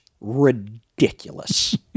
ridiculous